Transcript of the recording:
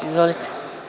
Izvolite.